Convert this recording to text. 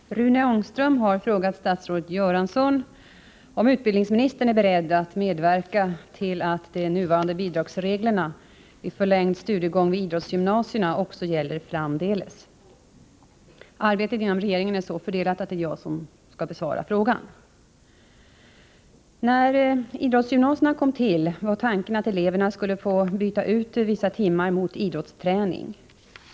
Herr talman! Rune Ångström har frågat statsrådet Göransson om utbildningsministern är beredd att medverka till att de nuvarande bidragsreglerna vid förlängd studiegång vid idrottsgymnasierna också gäller framdeles. Arbetet inom regeringen är så fördelat att det är jag som skall besvara frågan. När idrottsgymnasierna kom till var tanken att eleverna skulle få byta ut vissa timmar mot idrottsträning.